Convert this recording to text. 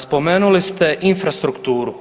Spomenuli ste infrastrukturu.